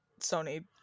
Sony